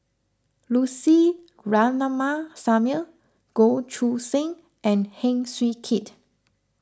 Lucy Ratnammah Samuel Goh Choo San and Heng Swee Keat